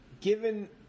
given